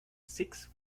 six